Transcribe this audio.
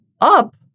up